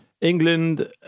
England